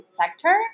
sector